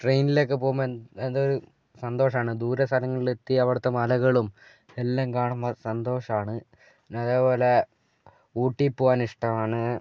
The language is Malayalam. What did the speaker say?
ട്രെയിനിലൊക്കെ പോകുമ്പോൾ എന്തോരം സന്തോഷമാണ് ദൂരെ സ്ഥലങ്ങളിൽ എത്തി അവിടുത്തെ മലകളും എല്ലാം കാണുമ്പോൾ ഒരു സന്തോഷമാണ് പിന്നെ അതേപോലെ ഊട്ടി പോകാൻ ഇഷ്ടമാണ്